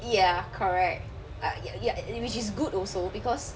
ya correct ah ya ya uh which is good also because